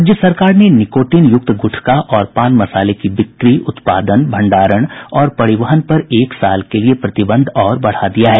राज्य सरकार ने निकोटिन युक्त गुटखा और पान मसाले की बिक्री उत्पादन भंडारण और परिवहन पर एक साल के लिये प्रतिबंध और बढ़ा दिया है